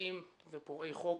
מתפרעים ופורעי חוק,